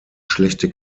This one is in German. schlechte